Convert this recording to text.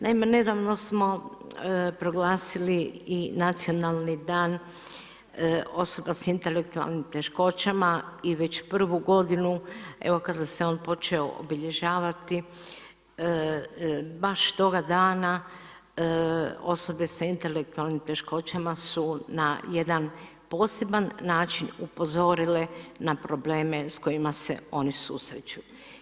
Naime, nedavno smo proglasili i Nacionalni dan osobe s intelektualnim teškoćama i već prvu godinu, evo kada se on počeo obilježavati, baš toga dana osobe sa intelektualnim teškoćama su na jedan poseban način upozorile na probleme s kojima se oni susreću.